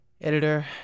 editor